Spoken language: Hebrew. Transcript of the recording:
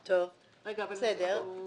טוב, בסדר.